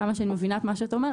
כמה שאני מבינה את מה שאתה אומר,